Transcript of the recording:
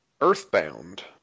Earthbound